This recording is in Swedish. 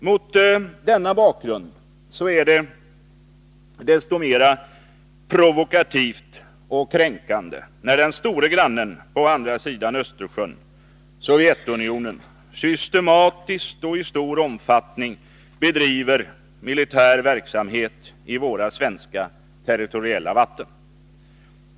Mot denna bakgrund är det desto mera provokativt och kränkande att den store grannen på andra sidan Östersjön, Sovjetunionen, systematiskt och i stor omfattning bedriver militär verksamhet i våra svenska territoriella vatten.